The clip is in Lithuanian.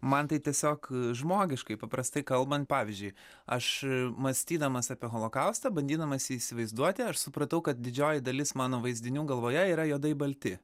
man tai tiesiog žmogiškai paprastai kalbant pavyzdžiui aš mąstydamas apie holokaustą bandydamas įsivaizduoti aš supratau kad didžioji dalis mano vaizdinių galvoje yra juodai balti